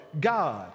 God